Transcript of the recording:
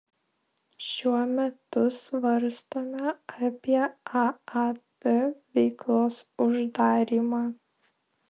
šiuo metu svarstome apie aat veiklos uždarymą